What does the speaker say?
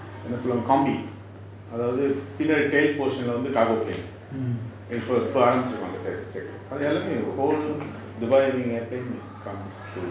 என்ன சொல்லுவாங்க:enna solluvanga kombie அதாவது பின்னாடி:athavathu pinaadi tail portion leh வந்து:vanthu cargo plane இப்போ இப்ப ஆரம்பிச்சிருவாங்க:ippo ippa arambichuruvanga test check எல்லாமே:ellame whole dubai air wing air plane is comes to